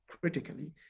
critically